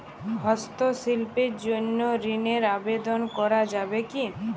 হস্তশিল্পের জন্য ঋনের আবেদন করা যাবে কি?